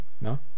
No